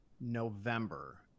November